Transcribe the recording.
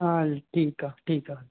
हा हलु ठीकु आहे ठीकु आहे